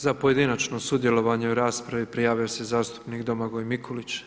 Za pojedinačno sudjelovanje u raspravi prijavio se zastupnik Domagoj Mikulić.